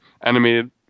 animated